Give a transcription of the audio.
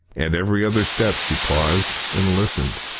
at every other step she paused and listened,